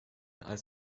als